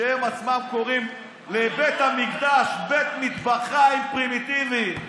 שהם עצמם קוראים לבית המקדש בית מטבחיים פרימיטיבי,